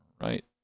Right